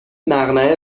مقنعه